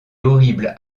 horrible